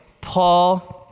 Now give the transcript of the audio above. Paul